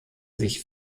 sich